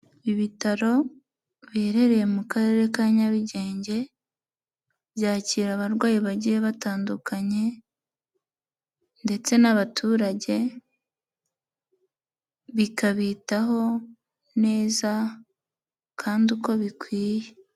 Ibitaro biherereye mu karere ka Nyarugenge, byakira abarwayi bagiye batandukanye ndetse n'abaturage bikabitaho neza kandi uko bikwiye.